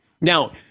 Now